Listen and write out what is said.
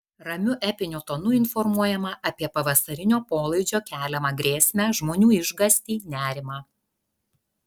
ramiu epiniu tonu informuojama apie pavasarinio polaidžio keliamą grėsmę žmonių išgąstį nerimą